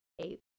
eight